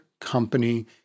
company